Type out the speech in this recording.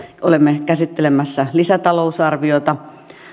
olemme käsittelemässä lisätalousarviota